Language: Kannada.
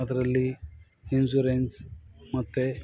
ಅದರಲ್ಲಿ ಇನ್ಸುರೆನ್ಸ್ ಮತ್ತೆ